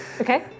Okay